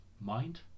mind